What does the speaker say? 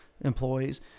employees